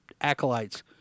acolytes